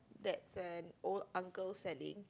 that's an old uncle selling